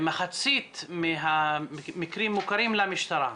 מחצית מהמקרים מוכרים למשטרה.